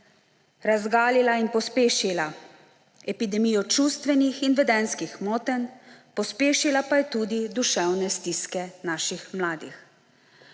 razgalila in pospešila epidemijo čustvenih in vedenjskih motenj, pospešila pa je tudi duševne stiske naših mladih.